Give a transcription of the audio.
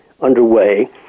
underway